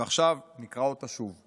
ועכשיו נקרא אותה שוב.